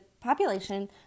population